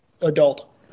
adult